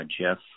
Jeff